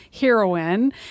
heroine